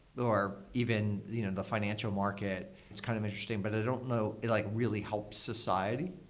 or even the financial market, it's kind of interesting. but i don't know it like really helps society.